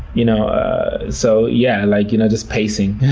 you know ah so yeah, like, you know just pacing.